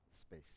space